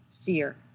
fear